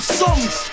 songs